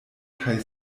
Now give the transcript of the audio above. kaj